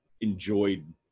enjoyed